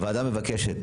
הוועדה מבקשת,